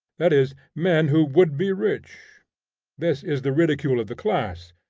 that is, men who would be rich this is the ridicule of the class,